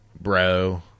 bro